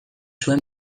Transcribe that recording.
zuen